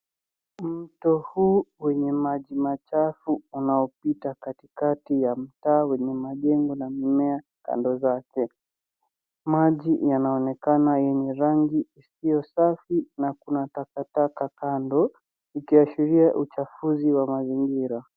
Mto huu mwenye maji machafu unaopita katikati ya mtaa wenye majengo na mimea kando zake. Maji yanaonekana yenye rangi isiyo safi na kuna takataka kando ikiashiria uchafuzi wa mazingira.